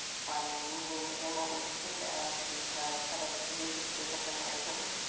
finding meaning, and what we've seen as we have kind of moved into different generations,